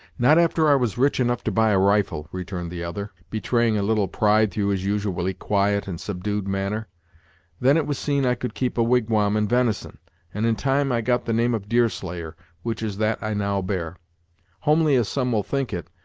not after i was rich enough to buy a rifle, returned the other, betraying a little pride through his usually quiet and subdued manner then it was seen i could keep a wigwam in ven'son and in time i got the name of deerslayer, which is that i now bear homely as some will think it,